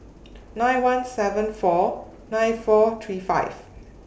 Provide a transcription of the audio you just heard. nine one seven four nine four three five